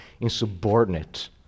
insubordinate